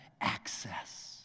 access